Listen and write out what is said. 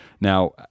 Now